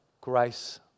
grace